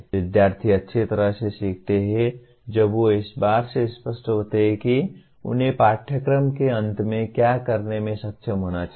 विध्यार्थी अच्छी तरह से सीखते हैं जब वे इस बारे में स्पष्ट होते हैं कि उन्हें पाठ्यक्रम के अंत में क्या करने में सक्षम होना चाहिए